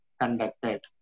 conducted